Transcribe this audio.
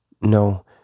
No